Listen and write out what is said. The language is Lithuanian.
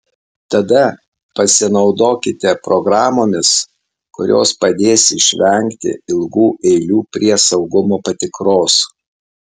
tada pasinaudokite programomis kurios padės išvengti ilgų eilių prie saugumo patikros